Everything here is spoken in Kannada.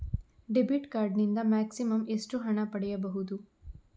ಡೆಬಿಟ್ ಕಾರ್ಡ್ ನಿಂದ ಮ್ಯಾಕ್ಸಿಮಮ್ ಎಷ್ಟು ಹಣ ಪಡೆಯಬಹುದು?